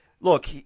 look